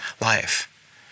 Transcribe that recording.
life